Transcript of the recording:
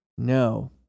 No